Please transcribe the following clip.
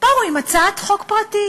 באו עם הצעת חוק פרטית.